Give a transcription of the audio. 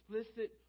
explicit